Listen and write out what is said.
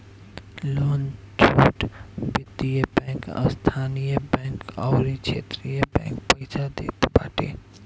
loan छोट वित्तीय bank, स्थानीय बैंक अउरी क्षेत्रीय बैंक पईसा देत बाटे